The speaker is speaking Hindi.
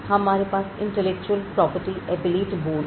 हमारे पास Intellectual Property Appellate Board है